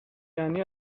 یعنی